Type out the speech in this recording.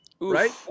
right